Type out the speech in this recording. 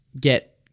get